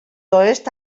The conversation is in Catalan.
oest